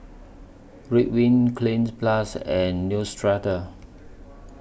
Ridwind Cleanz Plus and Neostrata